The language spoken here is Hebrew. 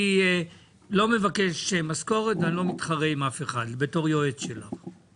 אני לא מבקש משכורת ואני לא מתחרה עם אף אחד בתור יועץ שלך.